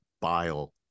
bile